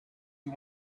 you